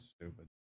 stupid